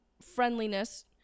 friendliness